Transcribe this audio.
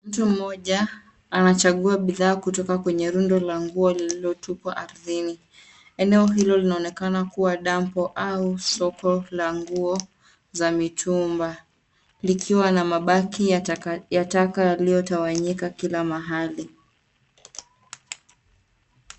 Mtu mmoja anachagua bidhaa kutoka kwenye rundo la nguo lililotupwa ardhini . Eneo hilo linaonekana kuwa dambo au soko la nguo za mitumba likiwa na mabaki ya taka taka iliyotawanyika kila mahali.